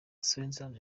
swaziland